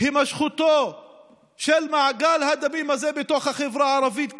להימשכותו של מעגל הדמים הזה בתוך החברה הערבית,